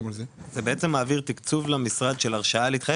בעצם מעביר תקצוב למשרד של הרשאה להתחייב